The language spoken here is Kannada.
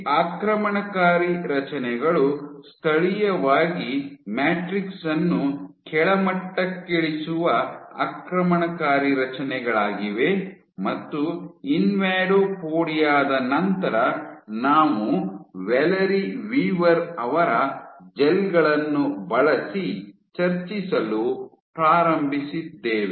ಈ ಆಕ್ರಮಣಕಾರಿ ರಚನೆಗಳು ಸ್ಥಳೀಯವಾಗಿ ಮ್ಯಾಟ್ರಿಕ್ಸ್ ಅನ್ನು ಕೆಳಮಟ್ಟಕ್ಕಿಳಿಸುವ ಆಕ್ರಮಣಕಾರಿ ರಚನೆಗಳಾಗಿವೆ ಮತ್ತು ಇನ್ವಾಡೋಪೊಡಿಯಾ ದ ನಂತರ ನಾವು ವ್ಯಾಲೆರಿ ವೀವರ್ ಅವರ ಜೆಲ್ ಗಿಳನ್ನು ಬಳಸಿ ಚರ್ಚಿಸಲು ಪ್ರಾರಂಭಿಸಿದ್ದೇವೆ